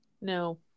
No